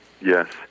Yes